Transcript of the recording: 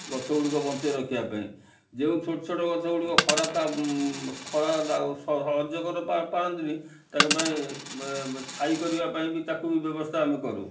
ଗଛ ଗୁଡ଼ିକ ବଞ୍ଚାଇ ରଖିବା ପାଇଁ ଯେଉଁ ଛୋଟ ଛୋଟ ଗଛ ଗୁଡ଼ିକ ଖରା ତା ଦାଉ ଖରା ତା ସହି ପାରନ୍ତିନି ତାକୁ ଛାଇ କରିବା ପାଇଁ ତାକୁ ବି ବ୍ୟବସ୍ଥା ଆମେ କରୁ